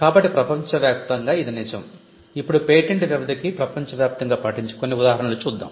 కాబట్టి ప్రపంచవ్యాప్తంగా ఇది నిజం ఇప్పుడు పేటెంట్ వ్యవధికి ప్రపంచవ్యాప్తంగా పాటించే కొన్ని ఉదాహరణలు చూద్దాం